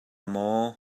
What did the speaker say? maw